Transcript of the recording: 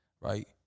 Right